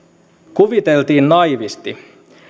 kuviteltiin naiivisti